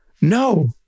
No